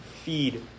feed